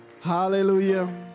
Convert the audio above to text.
hallelujah